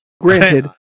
Granted